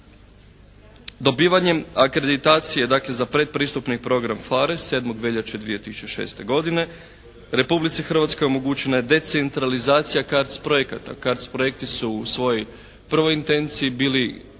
Dobivanjem akreditacije, dakle za predpristupni program PHARE 7. veljače 2006. godine Republici Hrvatskoj omogućena je decentralizacija CARDS projekata. CARDS projekti su u svojoj prvoj intenciji bili